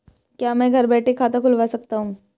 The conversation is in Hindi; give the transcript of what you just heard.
क्या मैं घर बैठे खाता खुलवा सकता हूँ?